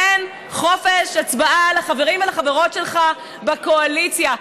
תן חופש הצבעה לחברים ולחברות שלך בקואליציה.